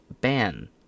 ban